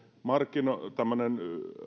tämmöinen